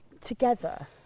together